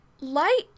Light